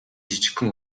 жижигхэн